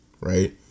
right